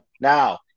now